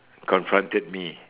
confronted me